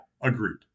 agreed